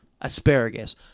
asparagus